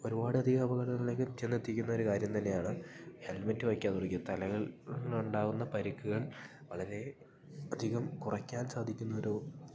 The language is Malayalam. ഒരുപാട് അധികം അപകടങ്ങളിലേക്ക് ചെന്നെത്തിക്കുന്ന ഒരു കാര്യം തന്നെയാണ് ഹെൽമെറ്റ് വെയ്ക്കാതെ ഓടിക്കുക തലകൾ ഉണ്ടാവുന്ന പരിക്കുകൾ വളരെ അധികം കുറയ്ക്കാൻ സാധിക്കുന്ന ഒരു